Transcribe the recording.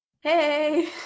Hey